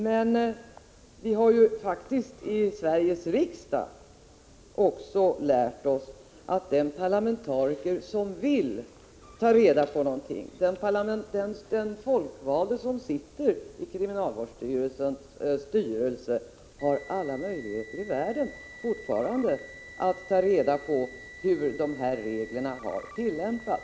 Men vi har faktiskt också lärt oss i Sveriges riksdag att den parlamentariker som vill ta reda på någonting kan göra det. Den folkvalde som sitter i kriminalvårdsstyrelsens styrelse har fortfarande alla möjligheter i världen att ta reda på hur dessa regler har tillämpats.